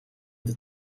the